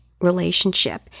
relationship